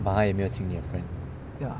but 他也没有请你的 friend